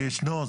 זה ישנו.